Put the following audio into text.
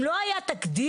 אם לא היה תקדים,